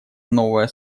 новое